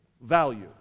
value